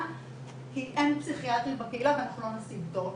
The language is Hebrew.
כי אין פסיכיאטרים בקהילה ואנחנו לא נשיג תור.